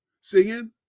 Singing